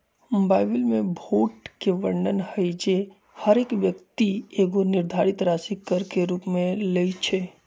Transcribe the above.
Bible में भोट के वर्णन हइ जे हरेक व्यक्ति एगो निर्धारित राशि कर के रूप में लेँइ छइ